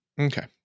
Okay